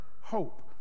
hope